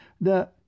The—